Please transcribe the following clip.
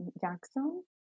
Jackson